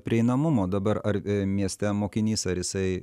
prieinamumo dabar ar mieste mokinys ar jisai